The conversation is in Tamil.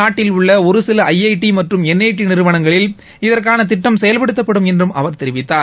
நாட்டில் உள்ள ஒரு சில துஜடி மற்றும் என்ஜடி நிறுவனங்களில் இதற்கான திட்டம் செயல்படுத்தப்படும் என்றும் அவர் தெரிவித்தார்